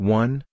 one